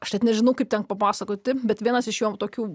aš net nežinau kaip ten papasakoti bet vienas iš jo tokių